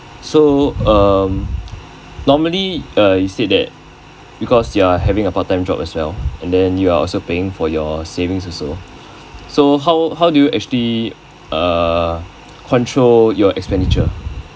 so um normally uh you said that because you're having a part time job as well and then you are also paying for your savings also so how how do you actually uh control your expenditure